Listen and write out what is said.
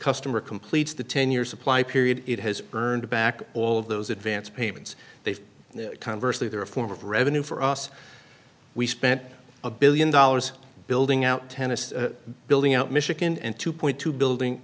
customer completes the ten years supply period it has earned back all of those advance payments they've conversely they're a form of revenue for us we spent a billion dollars building out tennis building out michigan and two point two building